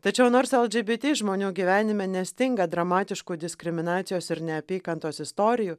tačiau nors lgbt žmonių gyvenime nestinga dramatiškų diskriminacijos ir neapykantos istorijų